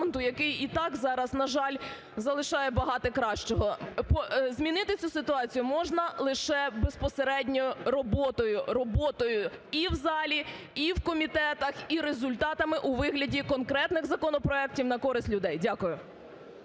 який і так зараз, на жаль, залишає багато кращого. Змінити цю ситуацію можна лише безпосередньо роботою, роботою і в залі, і в комітетах, і результатами у вигляді конкретних законопроектів на користь людей. Дякую.